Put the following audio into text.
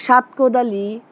সাত কোদালি